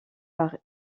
par